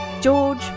George